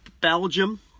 Belgium